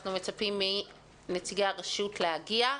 אנחנו מצפים מנציגי הרשות להגיע.